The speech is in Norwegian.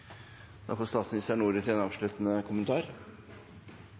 Da får statsministeren ordet til en avsluttende kommentar.